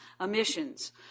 emissions